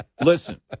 Listen